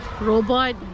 robot